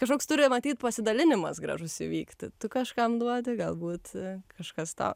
kažkoks turi matyt pasidalinimas gražus įvykti tu kažkam duodi galbūt kažkas tau